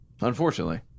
Unfortunately